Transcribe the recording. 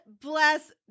bless